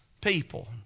people